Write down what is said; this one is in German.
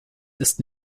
ist